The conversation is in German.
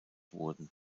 wurden